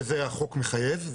שזה החוק מחייב.